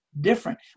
different